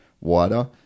wider